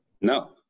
No